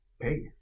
pay